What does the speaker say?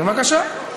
בבקשה.